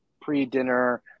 pre-dinner